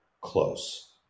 close